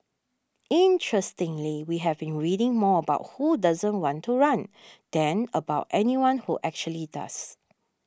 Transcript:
interestingly we have been reading more about who doesn't want to run than about anyone who actually does